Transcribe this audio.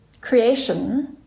creation